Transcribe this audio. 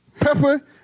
Pepper